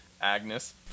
Agnes